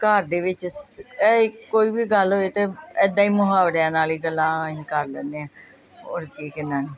ਘਰ ਦੇ ਵਿੱਚ ਸ ਐ ਕੋਈ ਵੀ ਗੱਲ ਹੋਏ ਤਾਂ ਐਦਾਂ ਹੀ ਮੁਹਾਵਰਿਆਂ ਨਾਲ ਹੀ ਗੱਲਾਂ ਅਸੀਂ ਕਰ ਲੈਂਦੇ ਹਾਂ ਔਰ ਕੀ ਕਿੰਨਾ ਨਹੀਂ